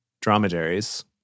dromedaries